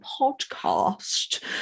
podcast